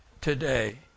today